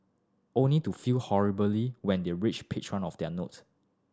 only to fail horribly when they reach page one of their note